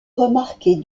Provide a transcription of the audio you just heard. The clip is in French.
remarquer